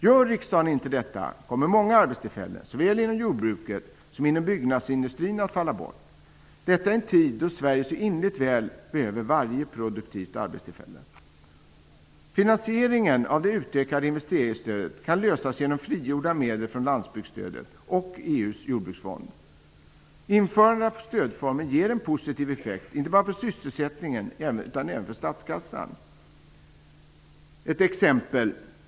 Gör riksdagen inte detta kommer många arbetstillfällen, såväl inom jordbruket som inom byggnadsindustrin, att falla bort - detta i en tid då Sverige så innerligt väl behöver varje produktivt arbetstillfälle. Finansieringen av det utökade investeringsstödet kan lösas genom frigjorda medel från landsbygdsstödet och EU:s jordbruksfond. Ett införande av stödformen ger en positiv effekt, inte bara för sysselsättningen utan även för statskassan. Jag kan ge ett exempel.